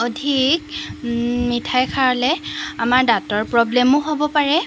অধিক মিঠাই খালে আমাৰ দাঁতৰ প্ৰব্লেমো হ'ব পাৰে